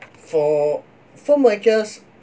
for filmmakers